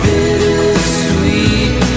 Bittersweet